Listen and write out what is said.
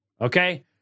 Okay